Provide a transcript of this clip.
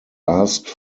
asks